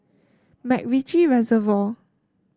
MacRitchie Reservoir